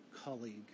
colleague